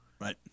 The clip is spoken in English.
Right